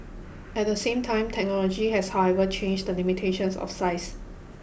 at the same time technology has however changed the limitations of size